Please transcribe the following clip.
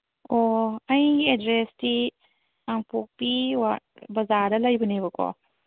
ꯑꯣ ꯑꯩꯒꯤ ꯑꯦꯗ꯭ꯔꯦꯁꯇꯤ ꯀꯥꯡꯄꯣꯛꯄꯤ ꯕꯖꯥꯔꯗ ꯂꯩꯕꯅꯦꯕꯀꯣ